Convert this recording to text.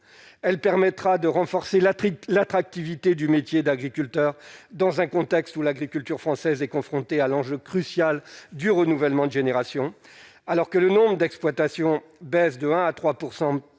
elle permettra de renforcer la l'attractivité du métier d'agriculteur dans un contexte où l'agriculture française est confrontée à l'enjeu crucial du renouvellement de générations, alors que le nombre d'exploitations, baisse de 1 à 3 % par